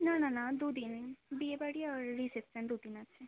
না না না দু দিন বিয়েবাড়ি আর রিসেপশন দু দিন আছে